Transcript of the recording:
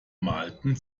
malten